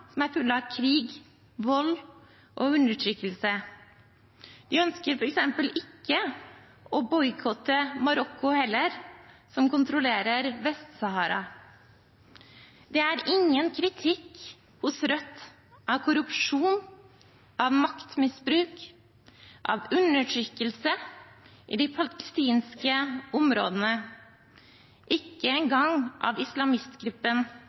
som er fulle av krig, vold og undertrykkelse. De ønsker f.eks. ikke å boikotte Marokko heller, som kontrollerer Vest-Sahara. Det er ingen kritikk hos Rødt av korrupsjon, av maktmisbruk og av undertrykkelse i de palestinske områdene, ikke engang av islamistgruppen